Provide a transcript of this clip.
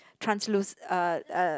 transluc~ uh uh